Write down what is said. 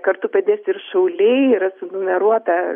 kartu padės ir šauliai yra sunumeruota